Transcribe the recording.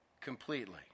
Completely